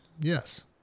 Yes